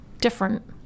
different